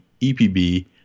EPB